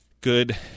good